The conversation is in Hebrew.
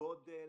גודל